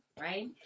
Right